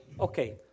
Okay